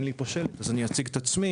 אני עוסק בנושא